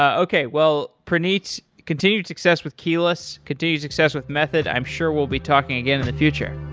ah okay, well, praneet, continued success with keyless, continued success with method. i'm sure we'll be talking again in the future.